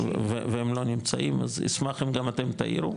והם לא נמצאים אז אשמח אם גם אתם תעירו,